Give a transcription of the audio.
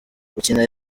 gukina